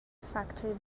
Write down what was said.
factory